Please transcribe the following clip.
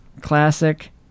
classic